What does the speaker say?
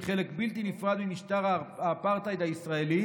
היא חלק בלתי נפרד ממשטר האפרטהייד הישראלי